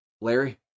Larry